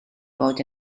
fod